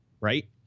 right